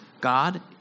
God